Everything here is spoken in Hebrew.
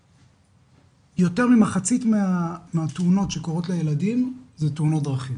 יותר ממחצית מהתאונות שקורות לילדים הן תאונות דרכים.